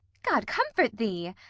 god comfort thee!